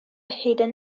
hidden